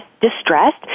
distressed